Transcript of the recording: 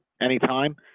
anytime